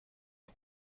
hat